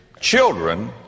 children